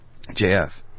JF